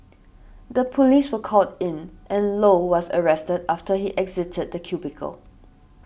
the police were called in and Low was arrested after he exited the cubicle